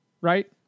right